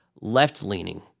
left-leaning –